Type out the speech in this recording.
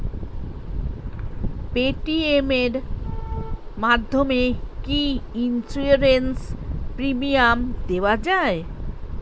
Paytm এর মাধ্যমে কি ইন্সুরেন্স প্রিমিয়াম দেওয়া যায়?